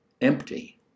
empty